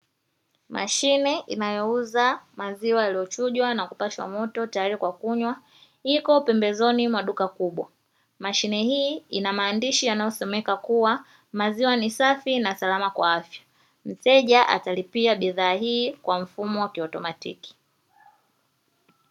Mashine inayouza maziwa yaliyochujwa na kupashwa moto tayari kwa kunywa iko pembezoni mwa duka kubwa, mashine hii ina maandishi yanayosomeka kuwa “maziwa ni safi na salama kwa afya” mteja atalipia bidhaa hii kwa mfumo wa kiautomatiki.